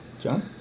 John